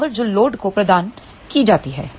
power जो load को प्रदान कि जाति है